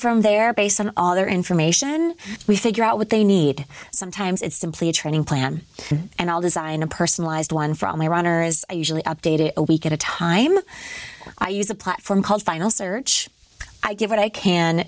from there based on all their information we figure out what they need sometimes it's simply a training plan and i'll design a personalized one from a runner is usually updated a week at a time i use a platform called final search i give what i can